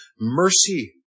mercy